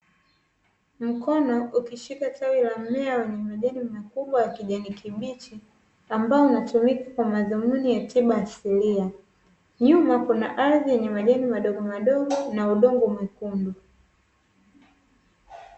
Mkono ukishika tawi la mmea wenye majani makubwa ya kijani kibichi, ambao unatumika kwa madhumuni ya tiba asilia. Nyuma kuna ardhi yenye majani madogomadogo na udongo mwekundu.